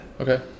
Okay